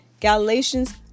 Galatians